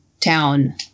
town